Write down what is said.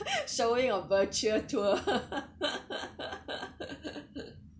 showing of virtual tour